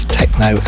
techno